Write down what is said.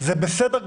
זה בסדר גמור,